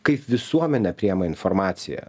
kaip visuomenė priima informaciją